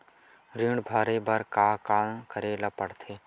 ऋण भरे बर का का करे ला परथे?